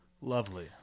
Lovely